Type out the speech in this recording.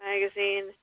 Magazine